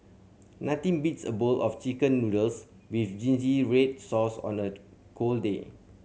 nothing beats a bowl of Chicken Noodles with zingy red sauce on a cold day